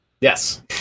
Yes